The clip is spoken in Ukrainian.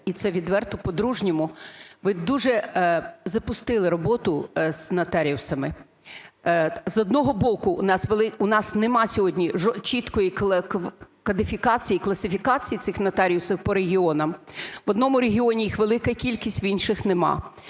і це відверто, по-дружньому – ви дуже запустили роботу з нотаріусами. З одного боку, в нас нема сьогодні чіткої кодифікації і класифікації цих нотаріусів по регіонах: в одному регіоні їх велика кількість, в інших нема.